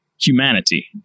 humanity